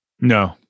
No